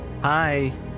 Hi